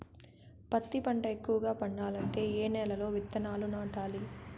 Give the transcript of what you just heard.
పత్తి పంట ఎక్కువగా పండాలంటే ఏ నెల లో విత్తనాలు నాటాలి?